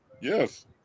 Yes